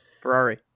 Ferrari